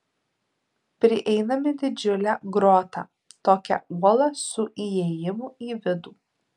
prieiname didžiulę grotą tokią uolą su įėjimu į vidų